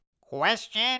Question